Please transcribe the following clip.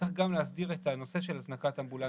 צריך להסדיר גם את הנושא של הזנקת אמבולנסים.